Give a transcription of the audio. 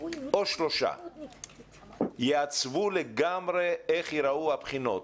או שלושה יעצבו לגמרי איך ייראו הבחינות,